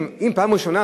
אם פעם ראשונה,